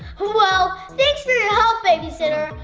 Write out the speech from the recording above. well thanks for your help babysitter!